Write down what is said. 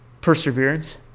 perseverance